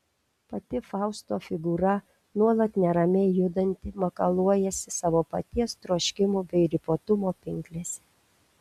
pati fausto figūra nuolat neramiai judanti makaluojasi savo paties troškimų bei ribotumo pinklėse